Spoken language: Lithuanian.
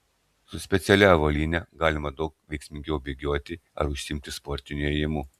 su specialia avalyne galima daug veiksmingiau bėgioti ar užsiimti sportiniu ėjimu